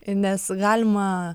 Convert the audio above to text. nes galima